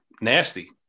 nasty